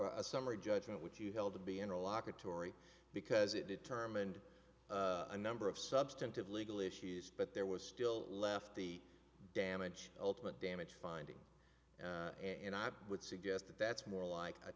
summary judgment which you held to be in a lock atory because it determined number of substantive legal issues but there was still left the damage ultimate damage finding and i would suggest that that's more like a